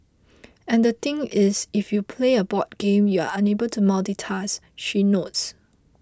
and the thing is if you play a board game you are unable to multitask she notes